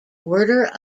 order